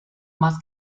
más